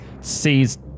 Sees